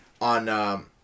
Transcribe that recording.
on –